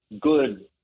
good